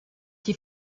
die